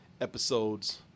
episodes